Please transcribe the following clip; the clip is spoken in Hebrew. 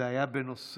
זה היה בנושא